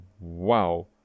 wow